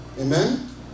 Amen